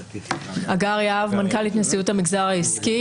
הגר יהב, מנכ"לית נשיאות המגזר העסקי.